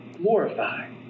glorify